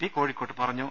P കോഴിക്കോട്ട് പറഞ്ഞു